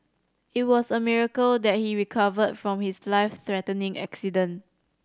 it was a miracle that he recovered from his life threatening accident